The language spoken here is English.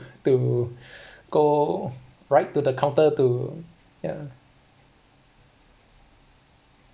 to go right to the counter to yeah